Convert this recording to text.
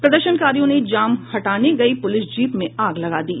प्रदर्शनकारियों ने जाम हटाने गयी पुलिस जीप में आग लगा दी